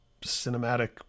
cinematic